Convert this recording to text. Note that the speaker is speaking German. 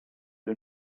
den